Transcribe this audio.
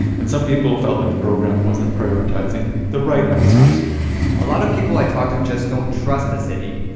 and some people felt like the program wasn't prioritizing the right houses a lot of people i talked to just don't trust the city.